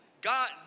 God